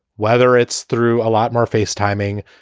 whether it's through a lot more face timing,